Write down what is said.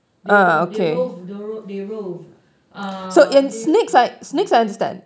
they roam they'll rove they rove um they